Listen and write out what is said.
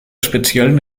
speziellen